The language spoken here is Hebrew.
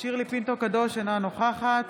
שירלי פינטו קדוש, אינה נוכחת